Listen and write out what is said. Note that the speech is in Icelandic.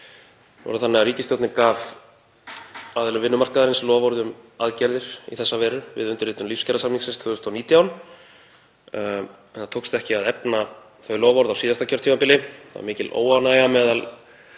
er það þannig að ríkisstjórnin gaf aðilum vinnumarkaðarins loforð um aðgerðir í þessa veru við undirritun lífskjarasamninga 2019. Það tókst ekki að efna þau loforð á síðasta kjörtímabili. Það var mikil óánægja meðal